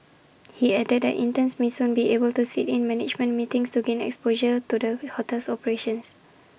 he added that interns may soon be able to sit in management meetings to gain exposure to the hotel's operations